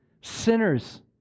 Sinners